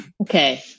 Okay